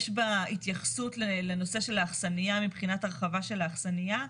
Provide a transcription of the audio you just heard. יש בה התייחסות לנושא של האכסניה מבחינת ההרחבה של האכסניה?